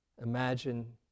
imagine